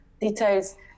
details